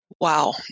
Wow